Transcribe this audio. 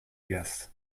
guess